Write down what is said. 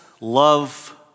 love